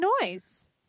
noise